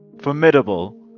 Formidable